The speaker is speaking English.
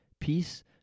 Peace